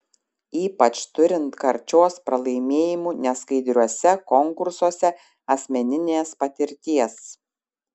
ypač turint karčios pralaimėjimų neskaidriuose konkursuose asmeninės patirties